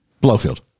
Blowfield